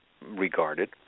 regarded